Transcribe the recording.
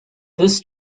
this